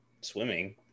swimming